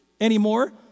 anymore